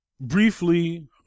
briefly